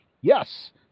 Yes